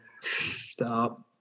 Stop